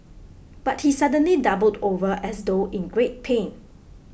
but he suddenly doubled over as though in great pain